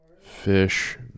fish